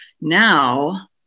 now